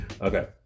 Okay